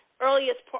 earliest